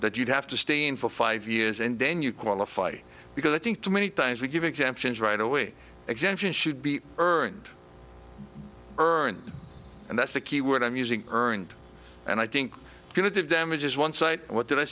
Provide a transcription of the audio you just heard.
that you have to stay in for five years and then you qualify because i think too many times we give exemptions right away exemptions should be earned earned and that's the key word i'm using earned and i think going to damages one site what did i